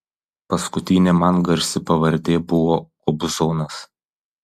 paskutinė man garsi pavardė buvo kobzonas